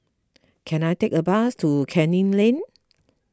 can I take a bus to Canning Lane